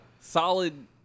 Solid